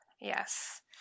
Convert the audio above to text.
Yes